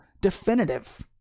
definitive